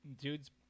dude's